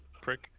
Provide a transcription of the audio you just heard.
prick